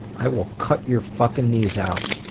i will cut your fuckin' knees out!